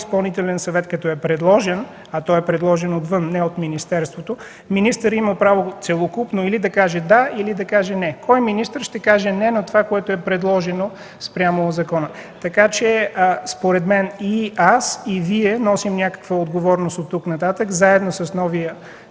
Изпълнителен съвет, както е предложен, а той е предложен отвън – не от министерството, министърът има право целокупно да каже „да” или „не”. Кой министър ще каже „не” на това, което е предложено спрямо закона? Според мен аз и Вие носим някаква отговорност оттук нататък, заедно с новия